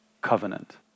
covenant